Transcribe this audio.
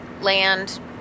land